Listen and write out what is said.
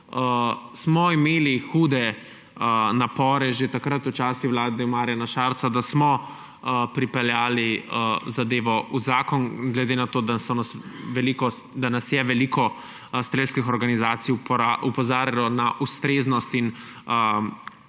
smo imeli hude napore že v času vlade Marjana Šarca, da smo pripeljali zadevo v zakon, glede na to, da nas je veliko strelskih organizacij opozarjalo na ustreznost in plus